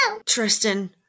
Tristan